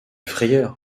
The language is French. frayeur